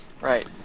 Right